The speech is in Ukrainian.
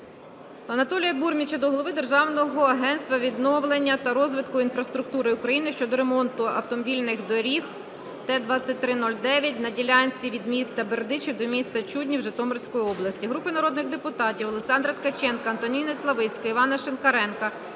Анатолія Бурміча до Голови Державного агентства відновлення та розвитку інфраструктури України щодо ремонту автомобільної дороги Т-23-09 на ділянці від міста Бердичів до міста Чуднів Житомирської області.